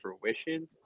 fruition